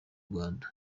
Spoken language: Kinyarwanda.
rwanda